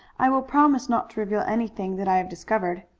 i will promise not to reveal anything that i have discovered.